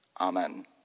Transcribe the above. amen